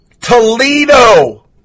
Toledo